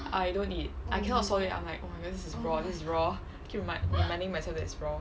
I don't eat I cannot swallow it up I'm like this is raw this is raw keep re~ reminding myself that is raw